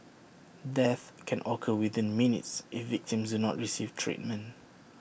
death can occur within minutes if victims do not receive treatment